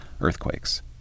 earthquakes